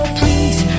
please